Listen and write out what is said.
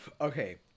Okay